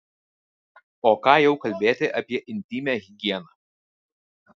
o ką jau kalbėti apie intymią higieną